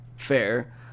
fair